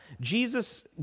Jesus